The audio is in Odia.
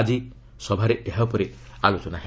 ଆକି ସଭାରେ ଏହା ଉପରେ ଆଲୋଚନା ହେବ